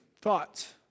thoughts